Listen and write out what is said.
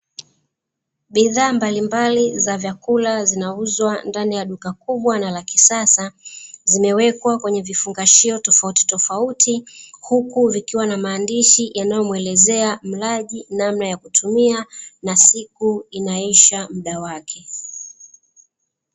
Bidhaa mbalimbali za vyakula zinauzwa kwenye dukaa kubwa na lakisasa limeweka na maandishi yanaeleza namna unavyoweza kutumia na siki inaishi muda wake